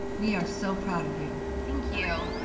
we are so proud of you. thank you.